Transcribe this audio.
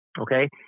Okay